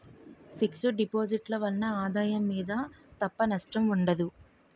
fix deposit ల వలన ఆదాయం మీద తప్ప నష్టం ఉండదు